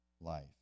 life